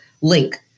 link